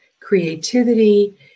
creativity